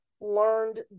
learned